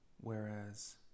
Whereas